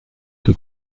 que